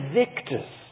victors